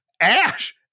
Ash